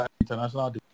International